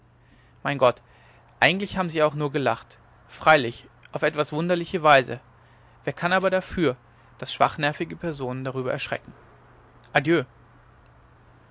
mein gott eigentlich haben sie ja auch nur gelacht freilich auf etwas wunderliche weise wer kann aber dafür daß schwachnervige personen darüber erschrecken adieu